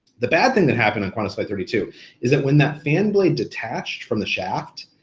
the bad thing that happened on qantas flight thirty two is that when that fan blade detached from the shaft,